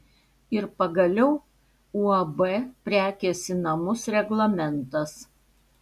ir pagaliau uab prekės į namus reglamentas